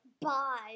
Bye